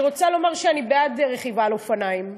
אני רוצה לומר שאני בעד רכיבה על אופניים.